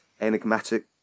enigmatic